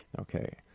Okay